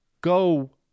go